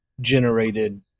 generated